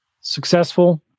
successful